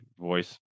voice